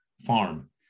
farm